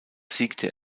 siegte